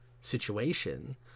situation